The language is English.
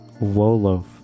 Wolof